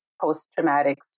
post-traumatic